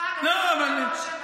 צה"ל לא אשם בכלום.